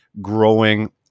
growing